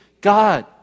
God